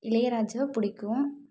இளையராஜா பிடிக்கும்